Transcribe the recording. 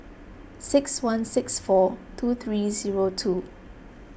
six one six four two three zero two